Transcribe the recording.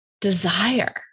desire